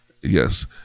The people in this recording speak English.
yes